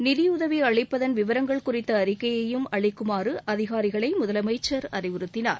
நிதியுதவி அளிப்பதன் விவரங்கள் குறித்த அறிக்கையையும் அளிக்குமாறு அதிகாரிகளை முதலமைச்சர் அறிவுறுத்தனார்